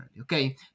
okay